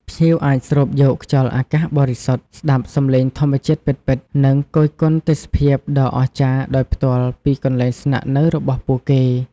ភ្ញៀវអាចស្រូបយកខ្យល់អាកាសបរិសុទ្ធ ស្តាប់សំឡេងធម្មជាតិពិតៗ និងគយគន់ទេសភាពដ៏អស្ចារ្យដោយផ្ទាល់ពីកន្លែងស្នាក់នៅរបស់ពួកគេ។